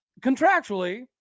contractually